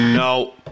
No